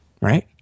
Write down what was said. Right